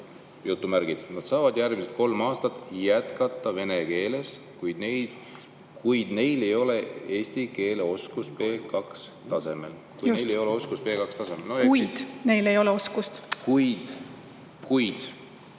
"Nad saavad järgmised kolm aastat jätkata vene keeles, kuid neil ei ole eesti keele oskust B2-tasemel." Kuid neil ei ole oskust